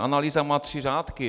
Analýza má tři řádky.